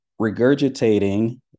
regurgitating